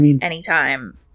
anytime